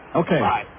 okay